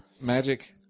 Magic